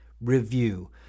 review